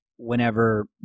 Whenever